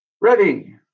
Ready